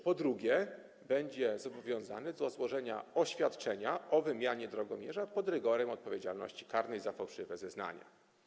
Po drugie, będzie zobowiązany do złożenia oświadczenia o wymianie drogomierza pod rygorem odpowiedzialności karnej za fałszywe zeznania.